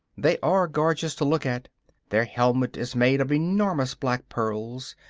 they are gorgeous to look at their helmet is made of enormous black pearls,